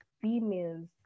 females